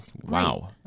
Wow